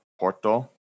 Porto